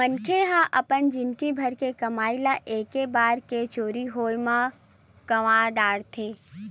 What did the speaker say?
मनखे ह अपन जिनगी भर के कमई ल एके बार के चोरी होए म गवा डारथे